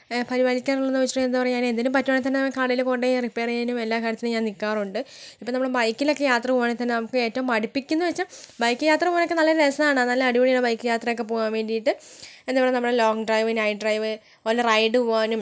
പരിപാലിക്കാറുണ്ടോ എന്ന് ചോദിച്ചിട്ടുണ്ടെങ്കിൽ എന്താണ് പറയുക ഞാൻ എന്തെങ്കിലും പറ്റുവാണെങ്കിൽ തന്നെ കടയിൽ കൊണ്ടുപോയി റിപ്പയർ ചെയ്യാനും എല്ലാ കാര്യത്തിനും ഞാൻ നിൽക്കാറുണ്ട് ഇപ്പോൾ നമ്മൾ ബൈക്കിലൊക്കെ യാത്ര പോവാണെങ്കിൽ തന്നെ നമുക്ക് ഏറ്റവും മടുപ്പിക്കുന്നത് വെച്ചാൽ ബൈക്ക് യാത്ര പോകാനൊക്കെ നല്ല രസമാണ് നല്ല അടിപൊളിയാണ് ബൈക്ക് യാത്രയൊക്കെ പോവാൻ വേണ്ടിയിട്ട് എന്താണ് പറയുക നമ്മളെ ലോങ്ങ് ഡ്രൈവ് നൈറ്റ് ഡ്രൈവ് പോലെ റൈഡ് പോവാനും